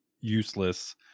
useless